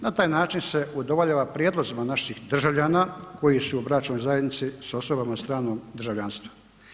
Na taj način se udovoljava prijedlozima naših državljana koji su u bračnoj zajednici s osobama stranog državljanstva.